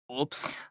Oops